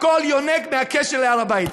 הכול יונק מהקשר להר-הבית.